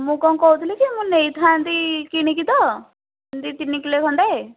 ମୁଁ କ'ଣ କହୁଥିଲି କି ମୁଁ ନେଇଥାନ୍ତି କିଣିକି ତ ଦୁଇ ତିନି କିଲୋ ଖଣ୍ଡେ